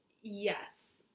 Yes